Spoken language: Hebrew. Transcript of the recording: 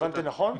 הבנתי נכון?